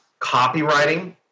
copywriting